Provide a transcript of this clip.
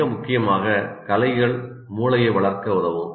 மிக முக்கியமாக கலைகள் மூளையை வளர்க்க உதவும்